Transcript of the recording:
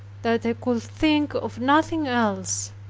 that i could think of nothing else.